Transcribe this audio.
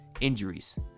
injuries